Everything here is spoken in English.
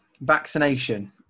vaccination